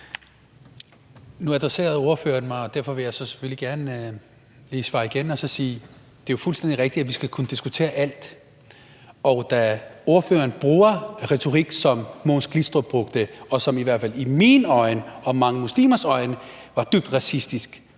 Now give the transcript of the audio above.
Nu adresserede ordføreren mig, og derfor vil jeg selvfølgelig gerne lige svare og sige: Det er jo fuldstændig rigtigt, at vi skal kunne diskutere alt, men da ordføreren bruger en retorik, som Mogens Glistrup brugte, og som i hvert fald i mine øjne og mange muslimers øjne var dybt racistisk,